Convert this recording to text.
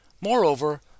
Moreover